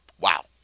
Wow